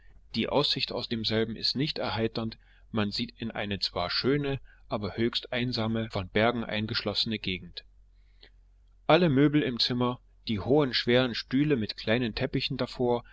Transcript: die aussicht aus demselben ist nicht erheiternd man sieht ihn eine zwar schöne aber höchst einsame von bergen eingeschlossene gegend alle möbel im zimmer die hohen schweren stühle mit kleinen treppen davor